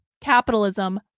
capitalism